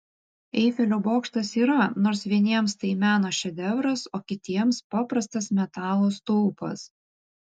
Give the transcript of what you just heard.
eifelio bokštas yra nors vieniems tai meno šedevras o kitiems paprastas metalo stulpas